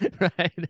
right